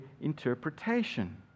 interpretation